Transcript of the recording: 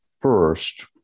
first